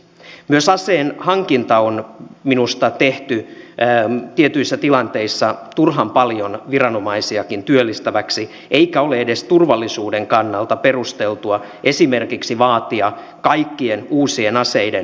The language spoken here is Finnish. myös aseen hankinta on minusta tehty tietyissä tilanteissa turhan paljon viranomaisiakin työllistäväksi eikä ole edes turvallisuuden kannalta perusteltua esimerkiksi vaatia kaikkien uusien aseiden näyttövelvoitetta poliisille